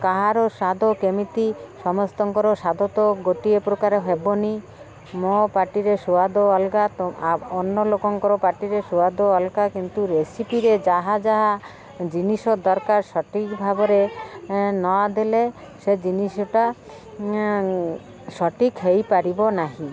କାହାର ସ୍ୱାଦ କେମିତି ସମସ୍ତଙ୍କର ସ୍ୱାଦ ତ ଗୋଟିଏ ପ୍ରକାର ହେବନି ମୋ ପାଟିରେ ସୁଆଦ ଅଲଗା ତ ଅନ୍ୟ ଲୋକଙ୍କର ପାଟିରେ ସୁଆଦ ଅଲଗା କିନ୍ତୁ ରେସିପିରେ ଯାହା ଯାହା ଜିନିଷ ଦରକାର ସଠିକ୍ ଭାବରେ ନ ଦେଲେ ସେ ଜିନିଷଟା ସଠିକ୍ ହେଇପାରିବ ନାହିଁ